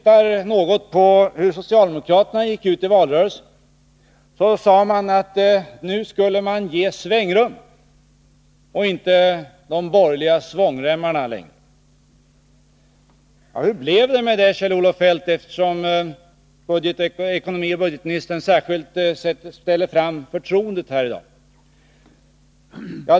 Socialdemokraterna däremot sade i valrörelsen att man nu skulle ge svängrum i stället för de borgerliga svångremmarna. Hur blev det med det, Kjell-Olof Feldt? Jag frågar det eftersom ekonomioch budgetministern i dag särskilt tar upp frågan om förtroendet.